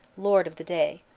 lord of the day.